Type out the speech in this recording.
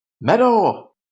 Meadow